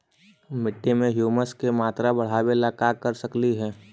मिट्टी में ह्यूमस के मात्रा बढ़ावे ला का कर सकली हे?